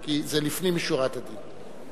כי זה לפנים משורת הדין.